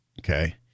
okay